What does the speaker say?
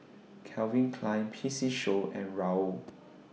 Calvin Klein P C Show and Raoul